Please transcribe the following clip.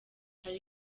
ari